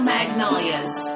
Magnolias